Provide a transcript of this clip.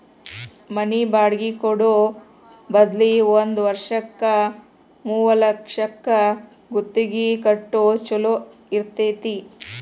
ಮನಿ ಬಾಡ್ಗಿ ಕೊಡೊ ಬದ್ಲಿ ಒಂದ್ ವರ್ಷಕ್ಕ ಮೂರ್ಲಕ್ಷಕ್ಕ ಗುತ್ತಿಗಿ ಕೊಡೊದ್ ಛೊಲೊ ಇರ್ತೆತಿ